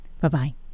Bye-bye